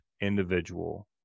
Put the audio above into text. individual